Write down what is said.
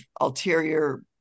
ulterior